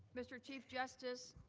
mr. chief justice,